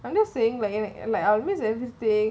I'm just saying like you know like I always everyday